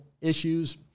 issues